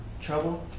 trouble